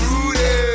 Rudy